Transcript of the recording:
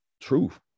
truth